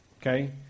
okay